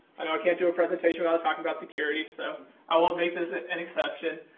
and can't do a presentation without talking about security, so i won't make this and an exception.